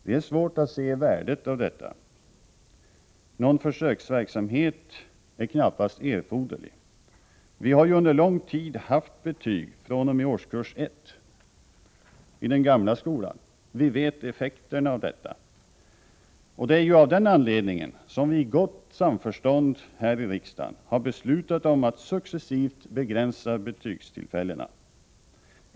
Det är svårt att se värdet av detta. Någon försöksverksamhet är knappast erforderlig. Vi har ju under lång tid haft betyg fr.o.m. årskurs 1 i den gamla skolan. Vi vet effekterna av detta. Det är av den anledningen som vi i gott samförstånd här i riksdagen har beslutat att successivt begränsa betygstillfällena.